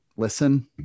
listen